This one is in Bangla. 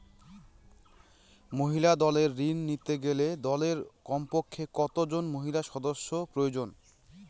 মহিলা দলের ঋণ নিতে গেলে দলে কমপক্ষে কত জন মহিলা সদস্য প্রয়োজন?